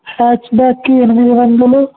hatchback ఎమమిది వందలు